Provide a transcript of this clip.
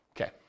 Okay